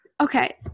Okay